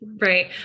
Right